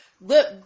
Look